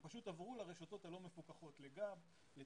הם פשוט עברו לרשתות הלא מפוקחות, לטלגרם,